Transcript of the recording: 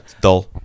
dull